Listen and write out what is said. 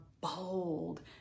bold